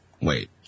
Wait